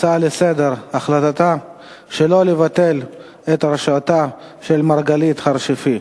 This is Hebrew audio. הצעות לסדר-היום בנושא: ההחלטה שלא לבטל את הרשעתה של מרגלית הר-שפי,